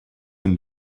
een